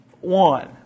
one